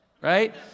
right